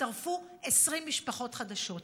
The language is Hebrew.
הצטרפו 20 משפחות חדשות.